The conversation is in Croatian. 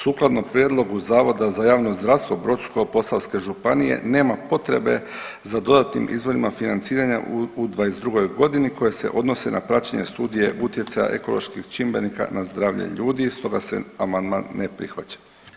Sukladno prijedlogu Zavoda za javno zdravstvo Brodsko-posavske županije nema potrebe za dodatnim izvorima financiranja u '22.g. koje se odnose na praćenje studije utjecaja ekoloških čimbenika na zdravlje ljudi, stoga se amandman ne prihvaća.